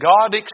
God